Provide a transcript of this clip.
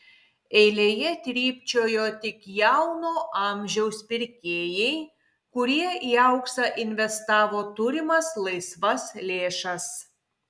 eilėje trypčiojo tik jauno amžiaus pirkėjai kurie į auksą investavo turimas laisvas lėšas